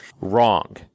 Wrong